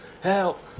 Help